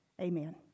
Amen